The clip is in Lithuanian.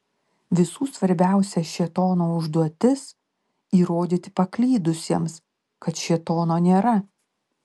visų svarbiausia šėtono užduotis įrodyti paklydusiems kad šėtono nėra